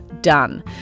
done